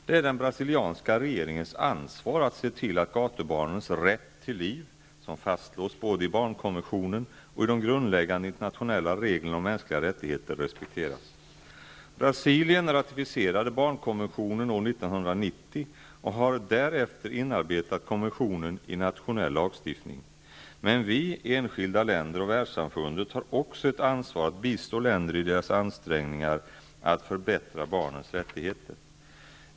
Det är den brasilianska regeringens ansvar att se till att gatubarnens rätt till liv, som fastslås både i barnkonventionen och i de grundläggande internationella reglerna om mänskliga rättigheter, respekteras. och har därefter inarbetat konventionen i nationell lagstiftning. Men vi, enskilda länder och världssamfundet, har också ett ansvar att bistå länder i deras ansträngningar att förbättra barnens rättigheter.